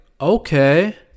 okay